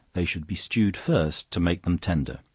they should be stewed first to make them tender,